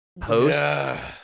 post